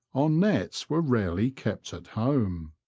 our nets were rarely kept at home.